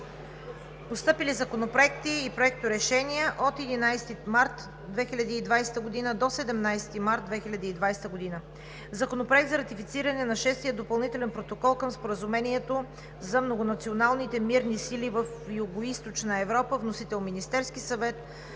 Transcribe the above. Постъпили законопроекти и проекторешения от 11 до 17 март 2020 г.: Законопроект за ратифициране на Шестия допълнителен протокол към Споразумението за Многонационалните мирни сили в Югоизточна Европа, вносител – Министерският съвет.